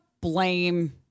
blame